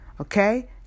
Okay